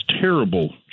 terrible